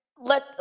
let